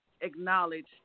acknowledge